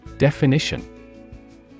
Definition